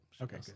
Okay